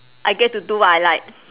I get to do what I like